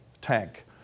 tank